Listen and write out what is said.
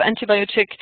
antibiotic